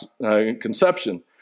conception